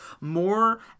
more